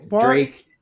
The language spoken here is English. Drake